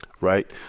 right